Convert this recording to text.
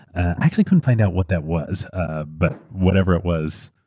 i actually couldn't find out what that was, ah but whatever it was,